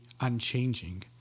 unchanging